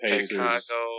Chicago